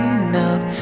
enough